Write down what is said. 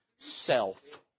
Self